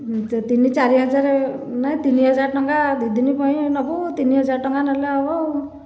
ତିନି ଚାରିହଜାର ନାଇଁ ତିନିହଜାର ଟଙ୍କା ଦୁଇ ଦିନ ପାଇଁ ନବୁ ତିନିହଜାର ଟଙ୍କା ନେଲେ ହବ ଆଉ